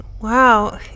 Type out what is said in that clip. Wow